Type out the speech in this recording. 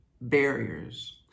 barriers